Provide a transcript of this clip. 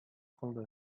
кылды